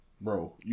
Bro